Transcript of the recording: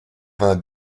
vingt